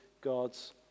God's